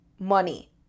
money